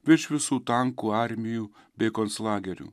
virš visų tankų armijų bei konclagerių